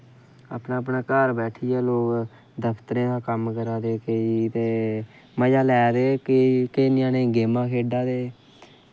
अपनै अपनै घर बैठियै लोग दफ्तरें दा कम्म करा दे केईं ते मजे लै दे केईं ञ्यानें गेमां खेढा दे